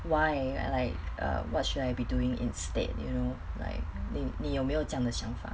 why I like err what should I be doing instead you know like they 你有没有这样的想法